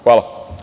Hvala.